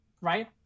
right